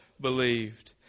believed